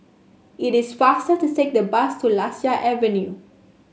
it is faster to take the bus to Lasia Avenue